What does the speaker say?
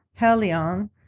Helion